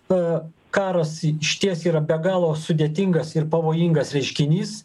a karas išties yra be galo sudėtingas ir pavojingas reiškinys